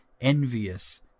envious